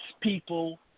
people